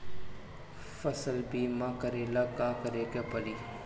फसल बिमा करेला का करेके पारी?